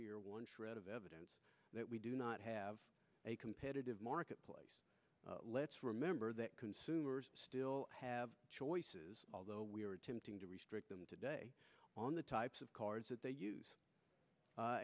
hear one shred of evidence that we do not have a competitive marketplace let's remember that consumers still have choices although we are attempting to restrict them today on the types of cards that they use